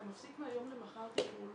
אתה מפסיק מהיום למחר טיפול,